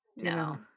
no